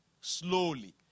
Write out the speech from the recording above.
slowly